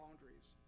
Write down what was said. boundaries